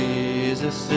Jesus